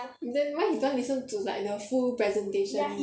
then why he don't want to listen to like the full presentation